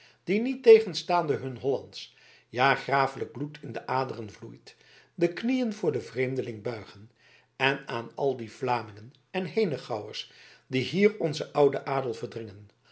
die niettegenstaande hun hollandsch ja grafelijk bloed in de aderen vloeit de knieën voor den vreemdeling buigen en aan al die vlamingen en henegouwers die hier onzen ouden adel verdringen